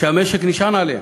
שהמשק נשען עליהן.